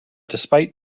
despite